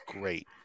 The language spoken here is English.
great